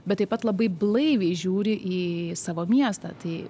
bet taip pat labai blaiviai žiūri į savo miestą tai